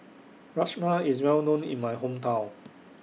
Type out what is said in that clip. Rajma IS Well known in My Hometown